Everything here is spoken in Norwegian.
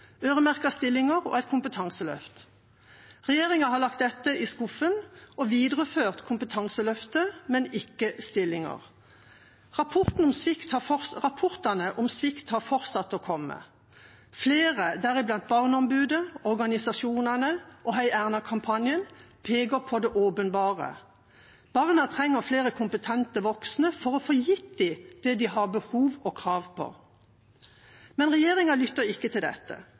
stillinger og et kompetanseløft. Regjeringa har lagt dette i skuffen og videreført kompetanseløftet, men ikke stillinger. Rapportene om svikt har fortsatt å komme. Flere, deriblant Barneombudet, organisasjonene og #heierna-kampanjen, peker på det åpenbare: Barna trenger flere kompetente voksne for å få det de har behov for og krav på. Men regjeringa lytter ikke til dette.